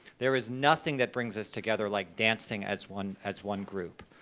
there is nothing that brings us together like dancing as one as one group.